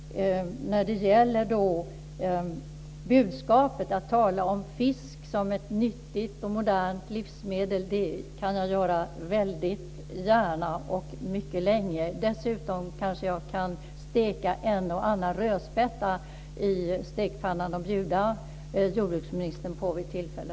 När det gäller att föra ut budskapet om fisk som ett nyttigt och modernt livsmedel kan jag tala väldigt gärna och mycket länge. Dessutom kanske jag kan steka en och annan rödspätta i stekpannan och bjuda jordbruksministern på vid tillfälle.